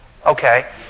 Okay